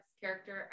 character